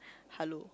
halo